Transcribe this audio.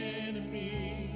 enemy